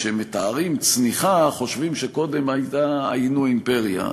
כשמתארים צניחה חושבים שקודם היינו אימפריה.